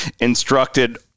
instructed